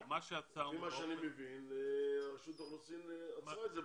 לפי מה שאני מבין רשות האוכלוסין עצרה את זה.